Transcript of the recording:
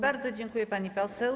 Bardzo dziękuję, pani poseł.